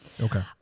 Okay